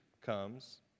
comes